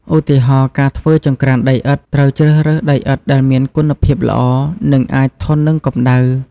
ឧទាហរណ៍ ការធ្វើចង្ក្រានដីឥដ្ឋ ត្រូវជ្រើសរើសដីឥដ្ឋដែលមានគុណភាពល្អ និងអាចធន់នឹងកម្ដៅ។